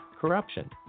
corruption